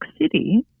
City